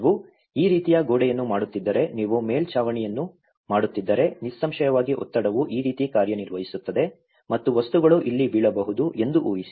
ನೀವು ಈ ರೀತಿಯ ಗೋಡೆಯನ್ನು ಮಾಡುತ್ತಿದ್ದರೆ ನೀವು ಮೇಲ್ಛಾವಣಿಯನ್ನು ಮಾಡುತ್ತಿದ್ದರೆ ನಿಸ್ಸಂಶಯವಾಗಿ ಒತ್ತಡವು ಈ ರೀತಿ ಕಾರ್ಯನಿರ್ವಹಿಸುತ್ತದೆ ಮತ್ತು ವಸ್ತುಗಳು ಇಲ್ಲಿ ಬೀಳಬಹುದು ಎಂದು ಊಹಿಸಿ